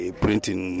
printing